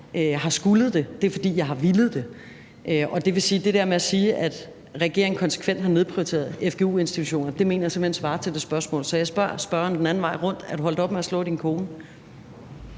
har skullet det, men det er, fordi jeg har villet det. Det vil sige, at det der med at sige, at regeringen konsekvent har nedprioriteret fgu-institutionerne, mener jeg simpelt hen svarer til det spørgsmål, jeg nævnte. Så jeg spørger spørgeren den anden vej rundt: Er du holdt op med at slå din kone?